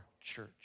church